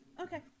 okay